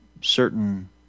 certain